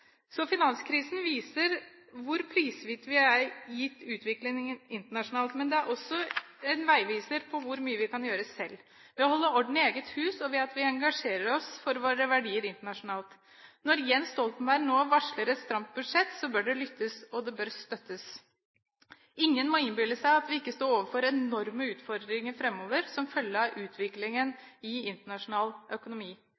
Så finanskrisen viser hvor prisgitt vi er utviklingen internasjonalt, men det er også en veiviser for hvor mye vi kan gjøre selv ved å holde orden i eget hus, og ved at vi engasjerer oss for våre verdier internasjonalt. Når Jens Stoltenberg nå varsler et stramt budsjett, bør det lyttes, og det bør støttes. Ingen må innbille seg at vi ikke står overfor enorme utfordringer framover som følge av